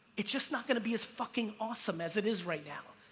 it's just not gonna be as fucking awesome as it is right now.